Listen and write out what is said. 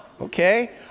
Okay